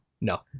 No